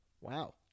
Wow